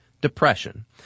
depression